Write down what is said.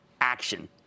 Action